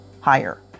higher